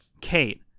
Kate